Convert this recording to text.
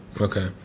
Okay